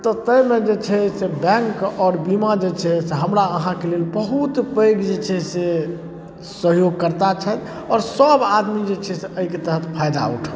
तऽ ताहिमे जे छै से बैँक आओर बीमा जे छै से हमरा अहाँके लेल बहुत पैघ जे छै से सहयोगकर्ता छथि आओर सब आदमी जे छै से एहिके तहत फाइदा उठाउ